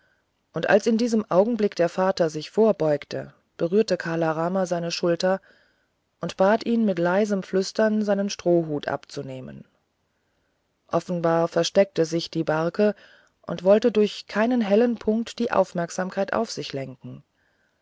und als in diesem augenblicke der vater sich hervorbeugte berührte kala rama seine schulter und bat ihn mit leisem flüstern seinen strohhut abzunehmen offenbar versteckte sich die barke und wollte durch keinen hellen punkt die aufmerksamkeit auf sich lenken